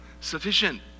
sufficient